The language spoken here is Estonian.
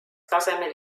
tasemel